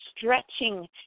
stretching